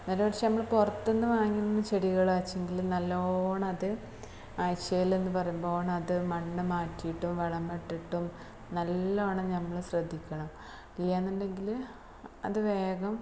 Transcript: നേരെമറിച്ച് നമ്മള് പുറത്തുനിന്നു വാങ്ങുന്ന ചെടികള് വെച്ചെങ്കില് നല്ലവണ്ണം അത് ആഴ്ചയിലെന്ന് പറയുമ്പോള് അത് മണ്ണ് മാറ്റിയിട്ടും വളം ഇട്ടിട്ടും നല്ലവണ്ണം നമ്മള് ശ്രദ്ധിക്കണം ഇല്ലെന്നുണ്ടെങ്കില് അത് വേഗം